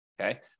okay